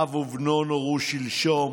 אב ובנו נורו שלשום